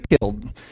killed